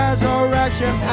resurrection